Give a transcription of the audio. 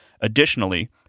Additionally